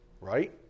right